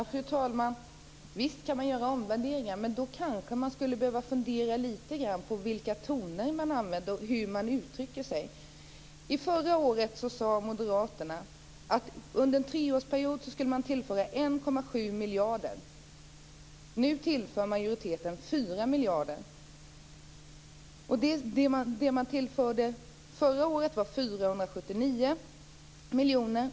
Fru talman! Visst kan man göra omvärderingar. Men då kanske man skulle behöva fundera lite grann på vilka toner man använder och hur man uttrycker sig. Förra året sade Moderaterna att man under en treårsperiod skulle tillföra 1,7 miljarder. Nu tillför majoriteten 4 miljarder. Det man tillförde förra året var 479 miljoner.